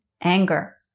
anger